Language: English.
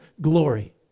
glory